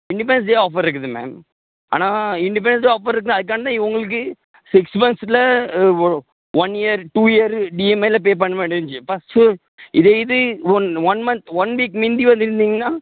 independence day offer இருக்குது ma'am ஆனால் independence day offer இருக்குது அதற்காண்டி தான் உங்களுக்கு சிக்ஸ் மந்த்ஸில் ஒரு ஒன் இயர் டூ இயரு இஎம்ஐயில பே பண்ணால் முடிஞ்சு ஃபர்ஸ்ட்டு இதே இது one one month one week முந்தி வந்துருந்திங்கன்னா